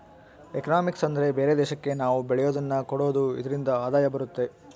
economics ಅಂದ್ರೆ ಬೇರೆ ದೇಶಕ್ಕೆ ನಾವ್ ಬೆಳೆಯೋದನ್ನ ಕೊಡೋದು ಇದ್ರಿಂದ ಆದಾಯ ಬರುತ್ತೆ